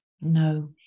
No